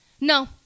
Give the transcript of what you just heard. No